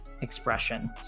expression